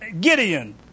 Gideon